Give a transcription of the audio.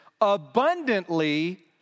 abundantly